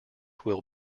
will